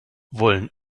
wollen